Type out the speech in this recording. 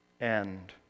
end